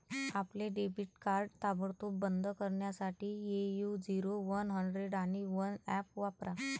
आपले debit card ताबडतोब बंद करण्यासाठी ए.यू झिरो वन हंड्रेड आणि वन ऍप वापरा